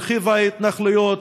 הרחיבה התנחלויות,